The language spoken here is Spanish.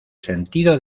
sentido